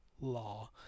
Law